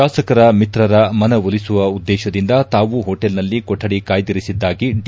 ಶಾಸಕ ಮಿತ್ರರ ಮನವೊಲಿಸುವ ಉದ್ದೇಶದಿಂದ ತಾವು ಹೋಟೆಲ್ನಲ್ಲಿ ಕೊಠಡಿ ಕಾಯ್ದಿರಿಸಿದ್ದಾಗಿ ಡಿ